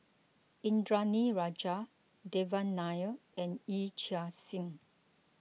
Indranee Rajah Devan Nair and Yee Chia Hsing